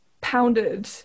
pounded